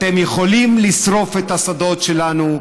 אתם יכולים לשרוף את השדות שלנו,